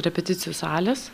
repeticijų salės